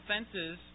offenses